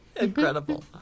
Incredible